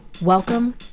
Welcome